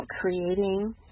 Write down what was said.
creating